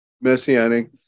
Messianic